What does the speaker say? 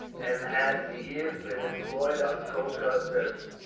and had for years been employed on coast guard service.